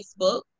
Facebook